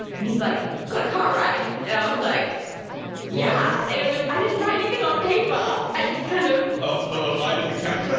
and he's like got a car right and i was like yeah yes, it was i didn't write anything on paper. i just kind of oh, so ah ally doesn't county but